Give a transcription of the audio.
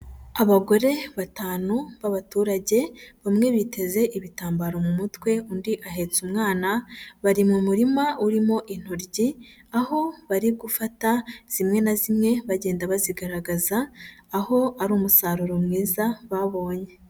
Abagore batanu b'abaturage, bamwe biteze ibitambaro mu mutwe, undi ahetse umwana, bari mu murima urimo intoryi, aho bari gufata zimwe na zimwe bagenda bazigaragaza, aho ari umusaruro mwiza babonye.